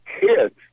kids